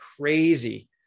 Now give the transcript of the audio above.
crazy